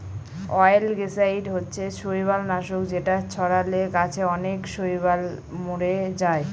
অয়েলগেসাইড হচ্ছে শৈবাল নাশক যেটা ছড়ালে গাছে অনেক শৈবাল মোরে যায়